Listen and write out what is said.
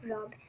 Rob